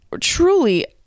truly